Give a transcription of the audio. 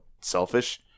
selfish